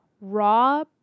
Raw